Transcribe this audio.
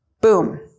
Boom